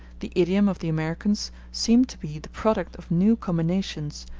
the idiom of the americans seemed to be the product of new combinations,